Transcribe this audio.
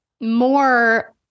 more